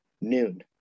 noon